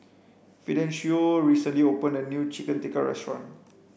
Fidencio recently opened a new Chicken Tikka restaurant